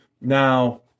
Now